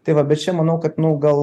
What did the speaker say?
tai va bet čia manau kad nu gal